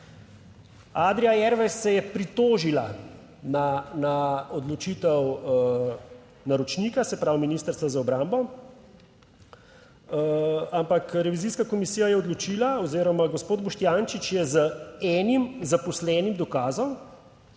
Adria Airways se je pritožila na odločitev naročnika, se pravi Ministrstva za obrambo. Ampak revizijska komisija je odločila oziroma gospod Boštjančič je z enim zaposlenim, dokazal,